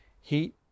Heat